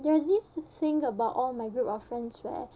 there is this thing about all my group of friends where